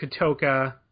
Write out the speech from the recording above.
Katoka